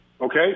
Okay